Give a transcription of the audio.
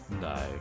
No